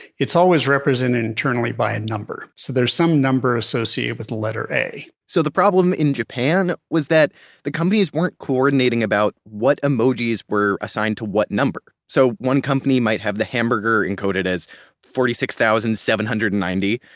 it's always represented internally by a number. so there's some number associated with the letter a so the problem in japan, japan, was that the companies weren't coordinating about what emojis were assigned to what number. so one company might have the hamburger encoded as forty six thousand seven hundred and ninety,